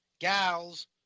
gals